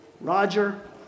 Roger